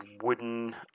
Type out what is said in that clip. wooden